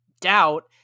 doubt